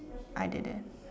I didn't